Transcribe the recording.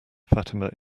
fatima